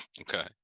Okay